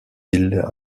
îles